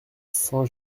saint